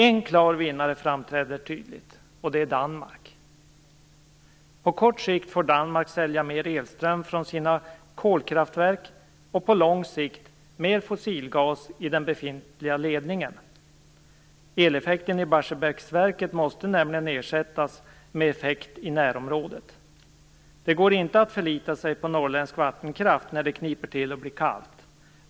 En vinnare framträder tydligt. Det är Danmark. På kort sikt får Danmark sälja mer elström från sina kolkraftverk och på lång sikt mer fossilgas i den befintliga ledningen. Eleffekten i Barsebäcksverket måste nämligen ersättas med effekt i närområdet. Det går inte att förlita sig på norrländsk vattenkraft när det kniper till och blir kallt.